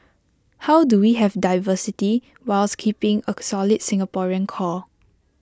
how do we have diversity whilst keeping A solid Singaporean core